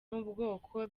n’ubwoko